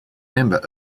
member